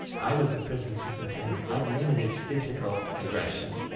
i was the prison superintendent, i'd limited physical aggression,